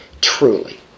Truly